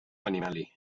benimeli